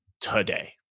today